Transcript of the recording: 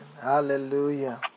Hallelujah